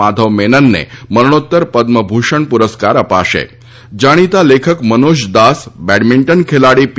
માધવ મશ્નન મરણોતર પશ્નભૂષણ પુરસ્કાર અપાશ જાણીતા લાપક મનોજ દાસ બકમિન્ટન ખખાડી પી